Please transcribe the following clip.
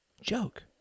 joke